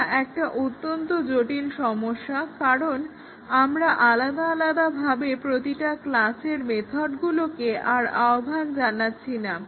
সেটা একটা অত্যন্ত জটিল সমস্যা কারণ আমরা আলাদা আলাদাভাবে প্রতিটা ক্লাসের মেথডগুলোকে আর আহ্বান জানাচ্ছি না